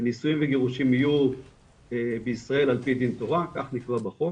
נישואין וגירושין יהיו בישראל עפ"י דין תורה כך כתוב בחוק,